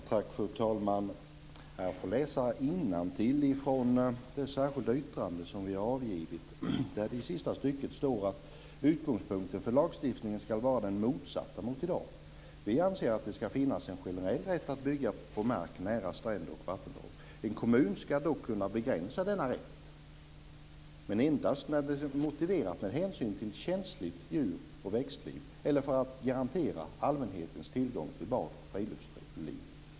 Fru talman! Jag får läsa innantill från det särskilda yttrande som vi har avgivit där det i sista stycket står följande: "Utgångspunkten för lagstiftningen skall vara den motsatta mot i dag. Vi anser att det skall finnas en generell rätt att bygga på mark nära stränder och vattendrag. En kommun skall dock kunna begränsa denna rätt, men endast där så kan motiveras med hänsyn till känsligt djur och växtliv eller för att garantera allmänhetens tillgång till bad och friluftsliv.